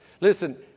Listen